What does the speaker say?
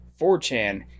4chan